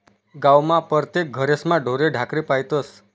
गावमा परतेक घरेस्मा ढोरे ढाकरे पायतस